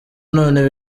none